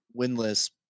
winless